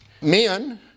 men